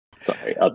Sorry